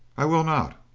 i will not!